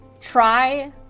try